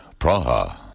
Praha